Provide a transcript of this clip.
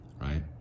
right